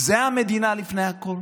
זה "המדינה לפני הכול"?